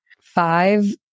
five